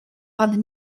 pan